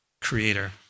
creator